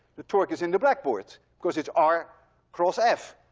the torque is in the blackboard because it's r cross f.